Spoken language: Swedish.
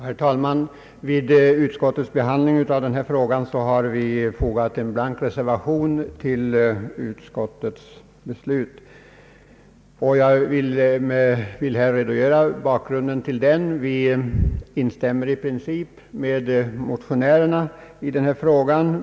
Herr talman! Vid utskottets behandling av denna fråga har Lars Eliasson och jag fogat en blank reservation till utlåtandet. Jag vill redogöra för bakgrunden därtill. Vi instämmer i princip med motionärerna i denna fråga.